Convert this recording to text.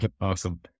Awesome